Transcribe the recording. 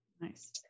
nice